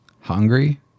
hungry